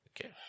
Okay